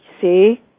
see